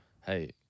hey